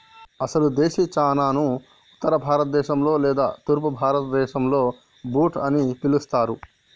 అసలు దేశీ చనాను ఉత్తర భారత దేశంలో లేదా తూర్పు భారతదేసంలో బూట్ అని పిలుస్తారు